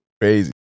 Crazy